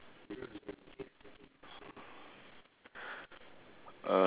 um do you see the the the the girl playing